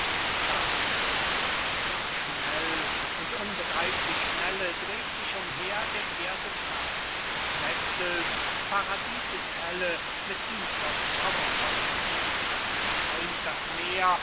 gabriel und schnell und unbegreiflich schnelle dreht sich umher der erde pracht es wechselt paradieses helle mit tiefer schauervoller nacht es schäumt das meer